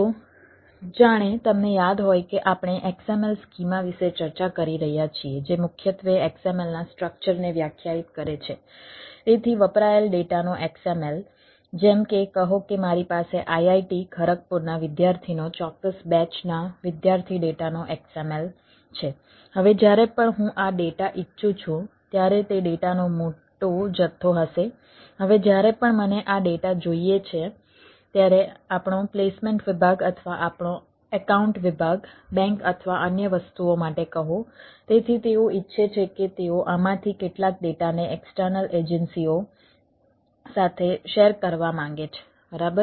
તો જાણે તમને યાદ હોય કે આપણે XML સ્કીમા વિશે ચર્ચા કરી રહ્યા છીએ જે મુખ્યત્વે XML ના સ્ટ્રક્ચર કરવા માગે છે બરાબર